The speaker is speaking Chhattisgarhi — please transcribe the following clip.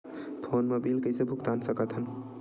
फोन मा बिल कइसे भुक्तान साकत हन?